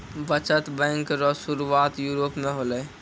बचत बैंक रो सुरुआत यूरोप मे होलै